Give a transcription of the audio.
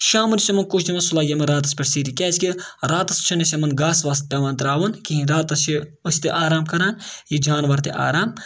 شامَن یُس یِمَن کوٚش دِوان سُہ لَگہِ یِمَن راتَس پٮ۪ٹھ سیٖری کیٛازِکہِ راتَس چھِنہٕ أسۍ یِمَن گاسہٕ واسہٕ پٮ۪وان ترٛاوُن کِہیٖنۍ راتَس چھِ أسۍ تہِ آرام کَران یہِ جاناوَار تہِ آرام